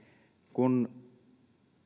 kun